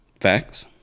Facts